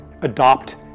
adopt